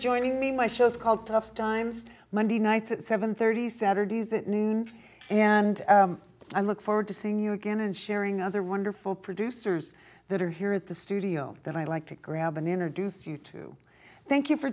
joining me my show is called tough times monday nights at seven hundred and thirty saturdays at noon and i look forward to seeing you again and sharing other wonderful producers that are here at the studio that i like to grab an inner deuce you to thank